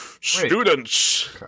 Students